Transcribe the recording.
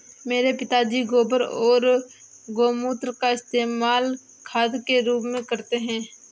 मेरे पापा जी गोबर और गोमूत्र का इस्तेमाल खाद के रूप में करते हैं